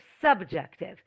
subjective